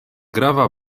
grava